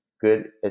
good